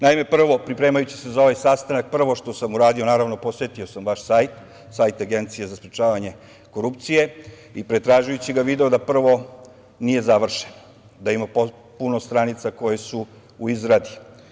Naime, pripremajući se za ovaj sastanak, prvo što sam uradio, naravno, posetio sam vaš sajt, sajt Agencije za sprečavanje korupcije, i pretražujući ga video prvo da nije završen, da ima puno stranica koje su u izradi.